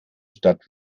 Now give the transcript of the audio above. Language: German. stadt